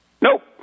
Nope